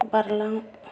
बारलां